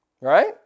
Right